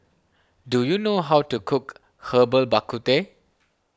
do you know how to cook Herbal Bak Ku Teh